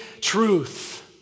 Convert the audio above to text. truth